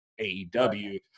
aew